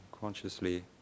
Consciously